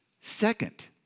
Second